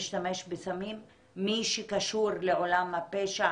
מי שקשור לעולם הפשע,